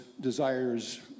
desires